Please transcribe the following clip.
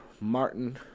Martin